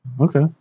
Okay